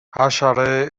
حشره